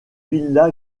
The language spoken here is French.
villa